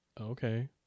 Okay